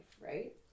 right